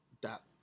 Dot